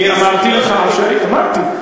אני אמרתי לך שהיית, אמרתי.